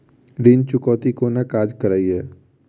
ऋण चुकौती कोना काज करे ये?